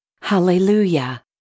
Hallelujah